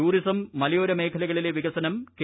tourism മലയോര മേഖലകളിലെ വികസനം കെ